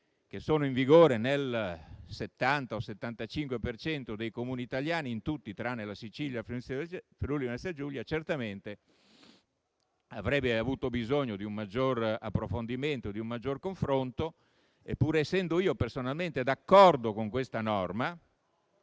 che sono in vigore nel 70 o 75 per cento dei Comuni italiani, in tutti tranne che la Sicilia e il Friuli-Venezia Giulia, avrebbe avuto bisogno di un maggior approfondimento e di un maggior confronto. Pur essendo io personalmente d'accordo con questa norma